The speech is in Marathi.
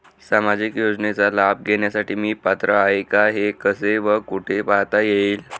सामाजिक योजनेचा लाभ घेण्यास मी पात्र आहे का हे कसे व कुठे पाहता येईल?